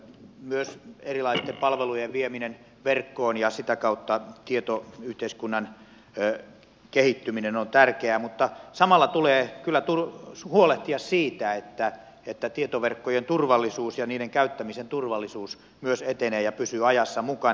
myös erilaisten palvelujen vieminen verkkoon ja sitä kautta tietoyhteiskunnan kehittyminen on tärkeää mutta samalla tulee kyllä huolehtia siitä että tietoverkkojen turvallisuus ja niiden käyttämisen turvallisuus myös etenee ja pysyy ajassa mukana